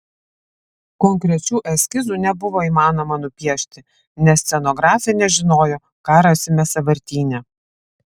konkrečių eskizų nebuvo įmanoma nupiešti nes scenografė nežinojo ką rasime sąvartyne